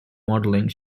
modeling